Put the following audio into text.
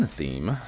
theme